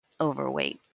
overweight